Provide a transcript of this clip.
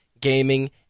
gaming